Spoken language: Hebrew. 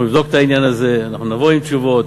אנחנו נבדוק את העניין הזה, אנחנו נבוא עם תשובות.